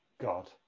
God